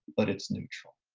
but it's neutral.